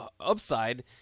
upside